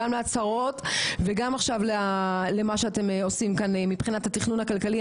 אלא גם להצהרות וגם עכשיו למה שאתם עושים מבחינת התכנון הכלכלי.